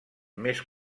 més